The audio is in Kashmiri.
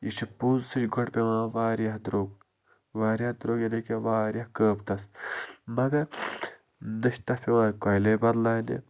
یہِ چھِ پوٚز سُہ چھِ گۄڈٕ پٮ۪وان واریاہ دروٚگ واریاہ دروٚگ یعنی کہ واریاہ قۭمتس مگر نہٕ چھِ تَتھ پٮ۪وان کویِلٕے بدٕلاونہِ